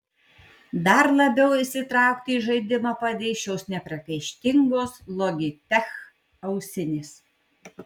dar labiau įsitraukti į žaidimą padės šios nepriekaištingos logitech ausinės